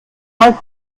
mal